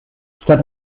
statt